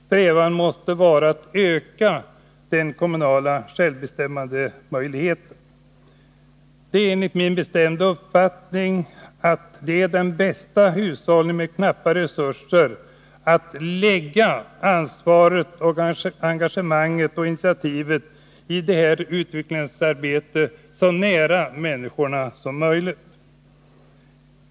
Strävan måste vara att öka de kommunala självbestämmandemöjligheterna. Det är min bestämda uppfattning att den bästa hushållningen med knappa ekonomiska resurser är att lägga ansvaret, engagemanget och initiativet när det gäller utvecklingsarbetet så nära människorna som möjligt.